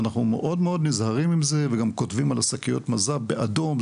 אנחנו מאוד מאוד נזהרים עם זה וגם כותבים על השקיות מז"פ באדום,